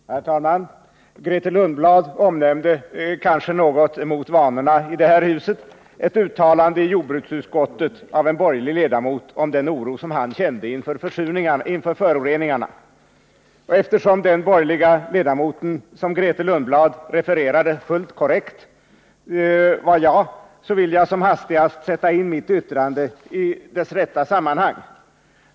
Herr talman! Grethe Lundblad omnämnde — kanske något emot vanorna i det här huset — ett uttalande i jordbruksutskottet av en borgerlig ledamot om den oro han kände inför föroreningarna. Eftersom den borgerliga ledamoten, som Grethe Lundblad refererade fullt korrekt, var jag, vill jag som hastigast sätta in mitt yttrande i det rätta sammanhanget.